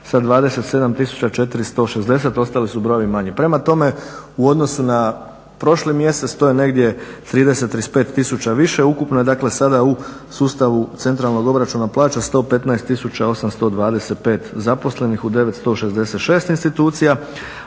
sa 27 460, ostali su brojevi manji. Prema tome, u odnosu na prošli mjesec to je negdje 30, 35 tisuća više. Ukupno je dakle sada u sustavu COP-a 115 825 zaposlenih u 966 institucija,